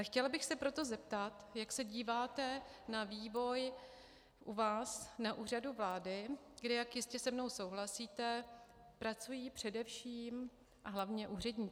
Chtěla bych se proto zeptat, jak se díváte na vývoj u vás na Úřadu vlády, kde, jak jistě se mnou souhlasíte, pracují především a hlavně úředníci.